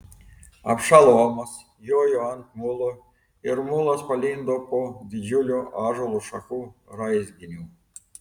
abšalomas jojo ant mulo ir mulas palindo po didžiulio ąžuolo šakų raizginiu